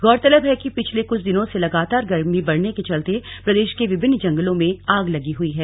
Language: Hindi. गौरतलब है कि पिछले कुछ दिनों से लगातार गर्मी बढ़ने के चलते प्रदेश के विभिन्न जंगलों में आग लगी हई है